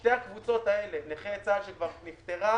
שתי הקבוצות האלה, נכי צה"ל, שבעייתם נפתרה,